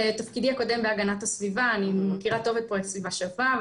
בתפקידי הקודם בהגנת הסביבה אני מכירה טוב את פרויקט "סביבה שווה".